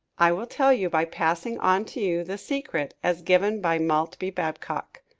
i will tell you by passing on to you the secret as given by maltbie babcock.